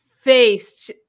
faced